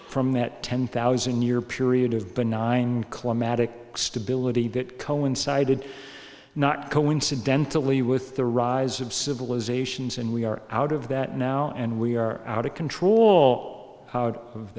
from that ten thousand year period of benign climatic stability that coincided not coincidentally with the rise of civilizations and we are out of that now and we are out of control out of